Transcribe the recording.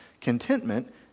Contentment